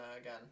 again